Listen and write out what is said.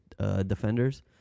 Defenders